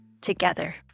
together